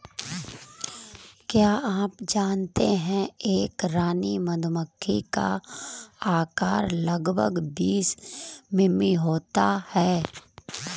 क्या आप जानते है एक रानी मधुमक्खी का आकार लगभग बीस मिमी होता है?